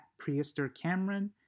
PriesterCameron